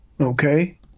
Okay